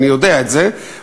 אני יודע את זה.